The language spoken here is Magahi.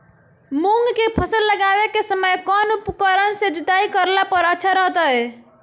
मूंग के फसल लगावे के समय कौन उपकरण से जुताई करला पर अच्छा रहतय?